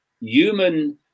human